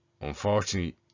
Unfortunately